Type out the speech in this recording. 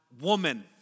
woman